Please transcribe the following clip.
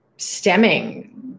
stemming